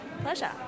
Pleasure